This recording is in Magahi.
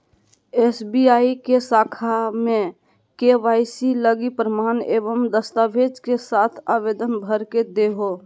एस.बी.आई के शाखा में के.वाई.सी लगी प्रमाण एवं दस्तावेज़ के साथ आवेदन भर के देहो